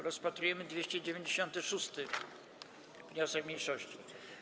Rozpatrujemy 296. wniosek mniejszości.